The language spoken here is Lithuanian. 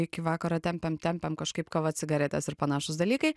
iki vakaro tempiam tempiam kažkaip kava cigaretės ir panašūs dalykai